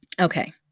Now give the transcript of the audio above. Okay